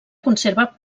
conserva